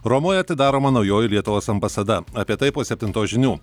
romoje atidaroma naujoji lietuvos ambasada apie tai po septintos žinių